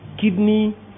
Kidney